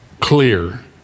clear